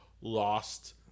lost